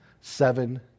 Seven